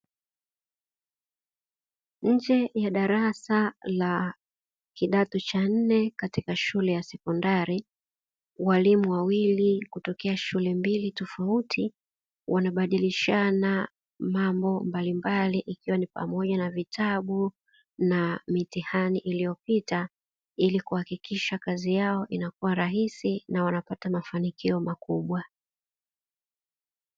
Nje ya darasa la kidato cha nne katika shule ya sekondari, walimu wawili kutokea shule mbili tofauti wanabadilishana mambo mbalimbali, ikiwa ni pamoja na vitabu na mitihani iliyopita ili kuhakikisha kazi yao inakuwa rahisi na wanapata mafanikio makubwa.